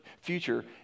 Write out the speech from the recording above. future